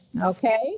Okay